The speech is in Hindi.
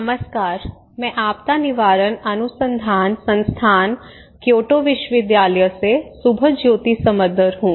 नमस्कार मैं आपदा निवारण अनुसंधान संस्थान क्योटो विश्वविद्यालय से सुभाज्योति समदर हूं